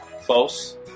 close